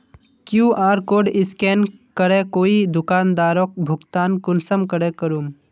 QR code scan करे कोई दुकानदारोक भुगतान कुंसम करे करूम?